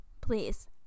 please